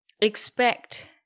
expect